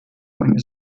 meine